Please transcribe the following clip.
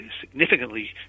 significantly